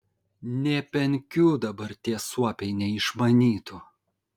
nė penkių dabar tie suopiai neišmanytų